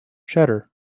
shutter